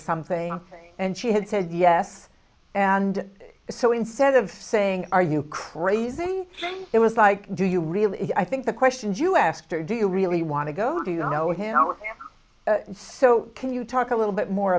something and she had said yes and so instead of saying are you crazy then it was like do you really i think the questions you asked are do you really want to go how do you go with him so can you talk a little bit more